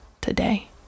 today